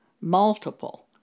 multiple